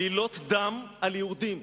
עלילות דם על יהודים,